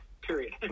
period